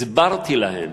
הסברתי להם